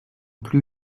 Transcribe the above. plus